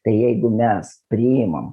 tai jeigu mes priimam